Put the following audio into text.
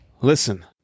listen